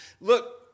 Look